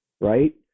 right